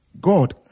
god